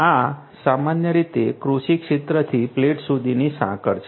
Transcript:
આ સામાન્ય રીતે કૃષિ ક્ષેત્રથી પ્લેટ સુધીની સાંકળ છે